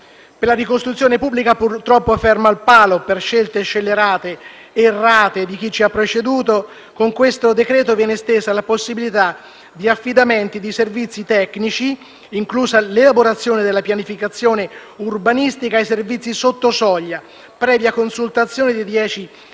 Per la ricostruzione pubblica, purtroppo ferma al palo per le scelte scellerate ed errate di chi ci ha preceduto, con questo decreto-legge viene estesa la possibilità di affidamenti di servizi tecnici, inclusa l'elaborazione della pianificazione urbanistica e i servizi sotto soglia, previa consultazione di dieci